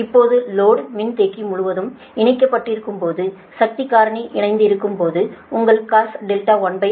இப்போது லோடு மின்தேக்கி முழுவதும் இணைக்கப்பட்டிருக்கும் போது மின்சக்தி காரணி இணைந்திருக்கும் போது உங்களுக்கு Cos R1 0